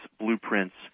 blueprints